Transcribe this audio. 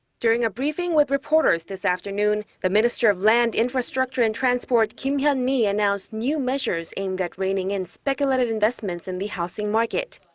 during a briefing with reporters this afternoon, the minister of land, infrastructure and transport, kim hyun-mi announced new measures aimed at reining in speculative investments in the housing market.